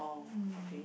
mm